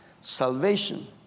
salvation